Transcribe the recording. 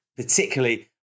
particularly